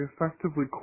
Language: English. effectively